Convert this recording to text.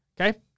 okay